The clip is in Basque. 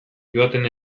joaten